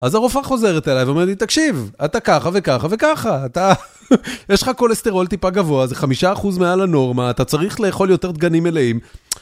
אז הרופאה חוזרת אליי ואומרת לי, תקשיב, אתה ככה וככה וככה, אתה... יש לך כולסטרול טיפה גבוה, זה חמישה אחוז מעל הנורמה, אתה צריך לאכול יותר דגנים מלאים.